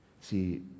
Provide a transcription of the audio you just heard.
See